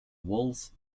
walls